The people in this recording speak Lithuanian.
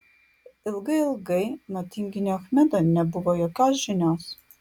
ilgai ilgai nuo tinginio achmedo nebuvo jokios žinios